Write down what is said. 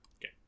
Okay